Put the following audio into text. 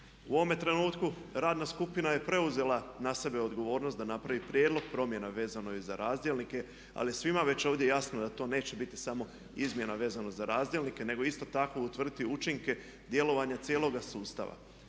U ovome trenutku radna skupina je preuzela na sebe odgovornost da napravi prijedlog promjena vezano i za razdjelnike. Ali je svima već ovdje jasno da to neće biti samo izmjena vezano za razdjelnike, nego isto tako utvrditi učinke djelovanja cijeloga sustava.